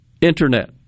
Internet